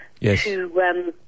yes